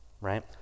right